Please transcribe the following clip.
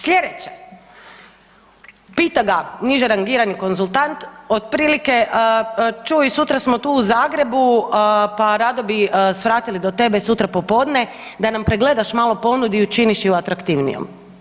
Slijedeće, pita ga niže rangirani konzultant, otprilike, čuj, sutra smo tu u Zagrebu pa rado bi svratili do tebe sutra popodne da nam pregledaš malo ponudu i učiniš ju atraktivnijom.